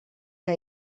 que